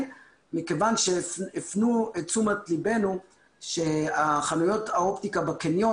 מכיוון שהפנו את תשומת ליבנו שחנויות האופטיקה בקניון,